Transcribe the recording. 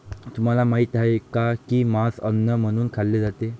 तुम्हाला माहित आहे का की मांस अन्न म्हणून खाल्ले जाते?